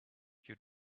you